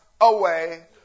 away